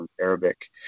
Arabic